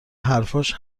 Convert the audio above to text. حرفاش